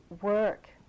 work